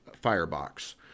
firebox